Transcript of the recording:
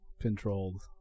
controlled